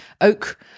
Oak